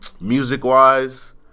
Music-wise